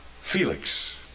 Felix